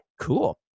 cool